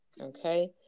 Okay